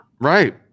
Right